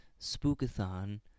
spookathon